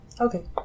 okay